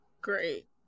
great